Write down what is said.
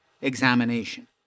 examination